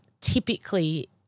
typically